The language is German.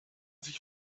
sich